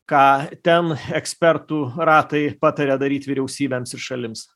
ką ten ekspertų ratai pataria daryt vyriausybėms ir šalims